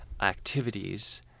activities